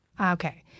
Okay